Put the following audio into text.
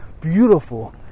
beautiful